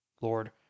Lord